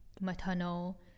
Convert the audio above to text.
Maternal